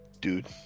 dude